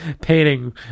painting